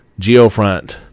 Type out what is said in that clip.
Geofront